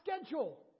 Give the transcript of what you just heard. schedule